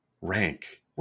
rank